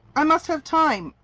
i must have time.